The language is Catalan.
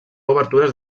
obertures